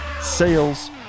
sales